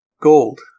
Gold